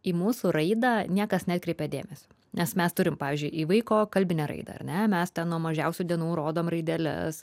į mūsų raidą niekas nekreipia dėmesio nes mes turim pavyzdžiui į vaiko kalbinę raidą ar ne mes nuo mažiausių dienų rodom raideles